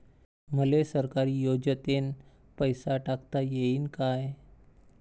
मले सरकारी योजतेन पैसा टाकता येईन काय?